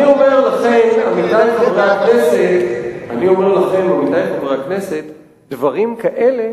ואני אומר לכם, עמיתי חברי הכנסת, דברים כאלה